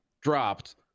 dropped